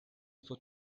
for